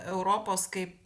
europos kaip